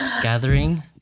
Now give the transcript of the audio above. gathering